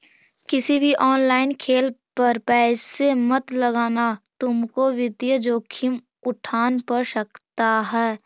किसी भी ऑनलाइन खेल पर पैसे मत लगाना तुमको वित्तीय जोखिम उठान पड़ सकता है